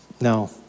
No